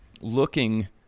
looking